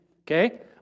okay